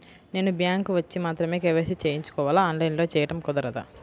నేను బ్యాంక్ వచ్చి మాత్రమే కే.వై.సి చేయించుకోవాలా? ఆన్లైన్లో చేయటం కుదరదా?